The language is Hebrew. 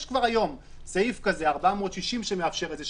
יש כבר היום סעיף כזה, 460 שמאפשר את זה.